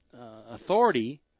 authority